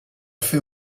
fer